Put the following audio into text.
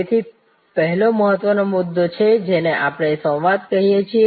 તેથી પહેલો મહત્વનો મુદ્દો છે જેને આપણે સંવાદ કહીએ છીએ